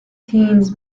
teens